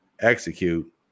Execute